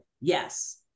yes